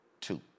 Two